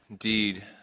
Indeed